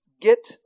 get